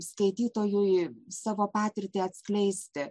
skaitytojui savo patirtį atskleisti